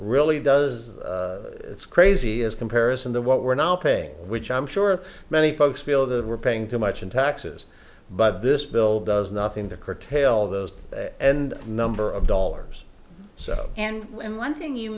really does it's crazy is comparison to what we're now paying which i'm sure many folks feel the we're paying too much in taxes but this bill does nothing to curtail those and number of dollars so and when one thing you